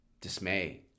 dismay